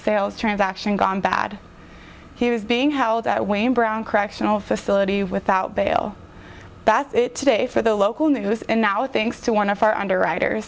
sales transaction gone bad he was being how that wayne brown correctional facility without bail that's it today for the local news and now thanks to one of our underwriter